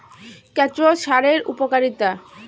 কেঁচো সারের উপকারিতা?